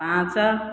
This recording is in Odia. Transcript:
ପାଞ୍ଚ